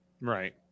Right